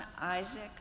Isaac